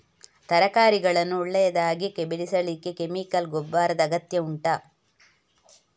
ತರಕಾರಿಗಳನ್ನು ಒಳ್ಳೆಯದಾಗಿ ಬೆಳೆಸಲಿಕ್ಕೆ ಕೆಮಿಕಲ್ ಗೊಬ್ಬರದ ಅಗತ್ಯ ಉಂಟಾ